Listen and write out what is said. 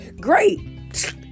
Great